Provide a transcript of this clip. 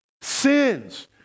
sins